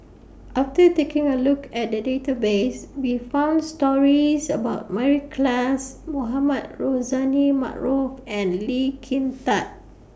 after taking A Look At The Database We found stories about Mary Klass Mohamed Rozani Maarof and Lee Kin Tat